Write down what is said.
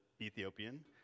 Ethiopian